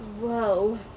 Whoa